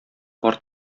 пар